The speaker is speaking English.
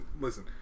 listen